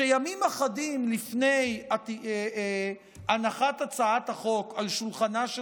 שימים אחדים לפני הנחת הצעת החוק על שולחנה של